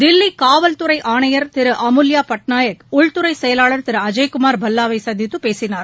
தில்லி காவல்துறை ஆணையர் திரு அமுல்யா பட்நாயக் உள்துறை செயலாளர் திரு அஜய் குமார் பல்லாவை சந்தித்து பேசினார்